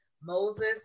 moses